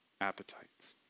appetites